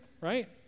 right